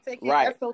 Right